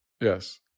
Yes